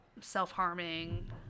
self-harming